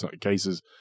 cases